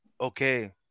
okay